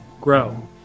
grow